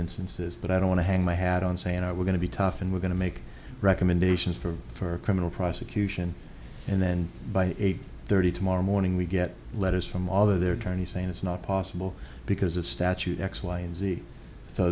instances but i don't want to hang my hat on saying oh we're going to be tough and we're going to make recommendations for criminal prosecution and then by eight thirty tomorrow morning we get letters from all over their attorney saying it's not possible because of statute x y and z so